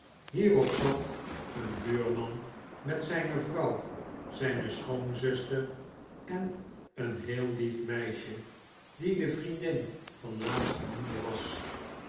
hierop zat een buurman met zijne vrouw zijne schoonzuster en een heel lief meisje die de vriendin van laatstgenoemde was